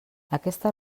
aquesta